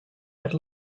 had